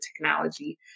technology